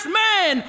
man